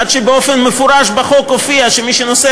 עד שבאופן מפורש בחוק הופיע שמי שנוסע